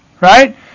right